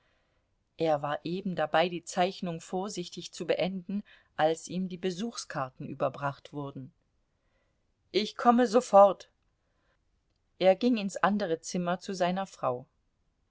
er war eben dabei die zeichnung vorsichtig zu beenden als ihm die besuchskarten überbracht wurden ich komme sofort er ging ins andere zimmer zu seiner frau